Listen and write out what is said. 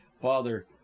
Father